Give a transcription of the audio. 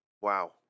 Wow